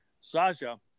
Sasha